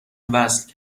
وصل